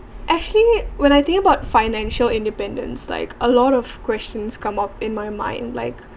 actually when I think about financial independence like a lot of questions come up in my mind like